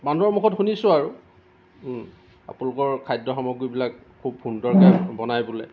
মানুহৰ মুখত শুনিছোঁ আৰু আপোনালোকৰ খাদ্য সামগ্ৰীবিলাক খুব সুন্দৰকৈ বনাই বোলে